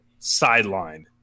sidelined